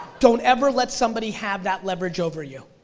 don't ever let somebody have that leverage over you.